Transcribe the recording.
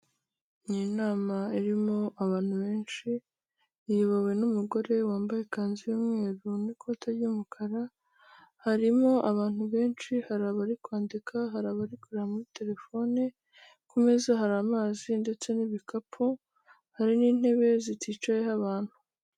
Ni inama irimo abantu benshi iyobowe n'umugore wambaye ikanzu y'umweru n'ikoti ry'umukara, harimo abantu benshi; hari abari kwandika, hari abari kureba muri telefone, ku meza hari amazi ndetse n'ibikapu, hari n'intebe ziticayeho abantu.